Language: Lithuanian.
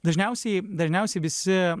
dažniausiai dažniausiai visi